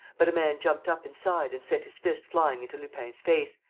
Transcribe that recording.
but a man jumped up inside and sent his fist flying into lupin's face,